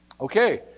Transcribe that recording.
Okay